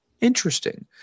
interesting